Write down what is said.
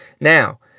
Now